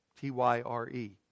T-Y-R-E